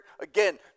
again